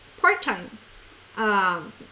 part-time